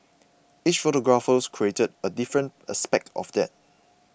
each photographer created a different aspect of that